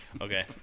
Okay